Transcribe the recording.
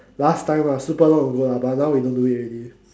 last time lah super long ago lah but now we don't do it already